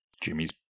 Jimmy's